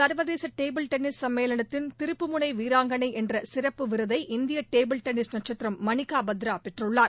சர்வதேச table tennis சம்மேளனத்தின் திருப்புமுனை வீராங்கனை என்ற சிறப்பு விருதை இந்திய டேபிள் டென்னிஸ் நட்சத்திரம் மனிகா பத்ரா பெற்றுள்ளார்